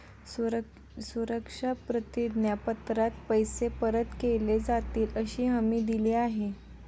सुरक्षा प्रतिज्ञा पत्रात पैसे परत केले जातीलअशी हमी दिली आहे